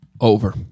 Over